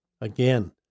Again